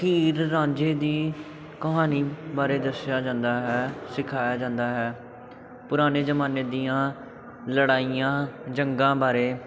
ਹੀਰ ਰਾਂਝੇ ਦੀ ਕਹਾਣੀ ਬਾਰੇ ਦੱਸਿਆ ਜਾਂਦਾ ਹੈ ਸਿਖਾਇਆ ਜਾਂਦਾ ਹੈ ਪੁਰਾਣੇ ਜ਼ਮਾਨੇ ਦੀਆਂ ਲੜਾਈਆਂ ਜੰਗਾਂ ਬਾਰੇ